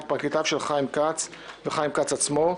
את פרקליטיו של חיים כץ ואת חיים כץ עצמו.